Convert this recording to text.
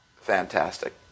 fantastic